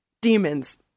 demons